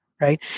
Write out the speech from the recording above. right